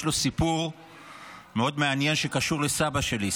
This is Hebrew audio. לו סיפור מאוד מעניין שקשור לסבא שלי.